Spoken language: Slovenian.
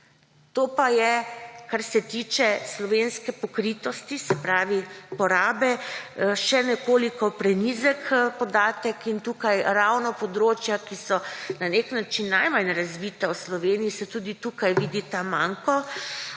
To pa je, kar se tiče slovenske pokritosti, se pravi porabe, še nekoliko prenizek podatek. In tukaj ravno območja, ki so na nek način najmanj razvita v Sloveniji, se tudi tukaj vidi ta manko.